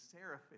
seraphim